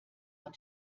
man